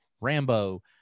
Rambo